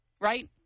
right